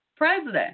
President